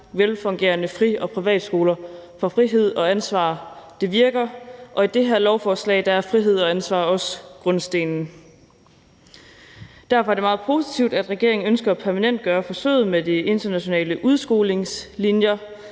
velfungerende fri- og privatskoler, for frihed og ansvar virker, og i det her lovforslag er frihed og ansvar også grundstenen. Derfor er det meget positivt, at regeringen ønsker at permanentgøre forsøget med de internationale udskolingslinjer.